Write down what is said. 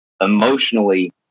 emotionally